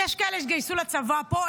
יש כאלה שהתגייסו לצבא פה,